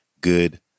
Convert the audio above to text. Good